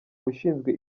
ushinzwe